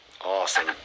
Awesome